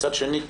מצד שני,